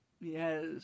Yes